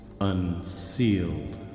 unsealed